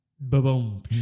boom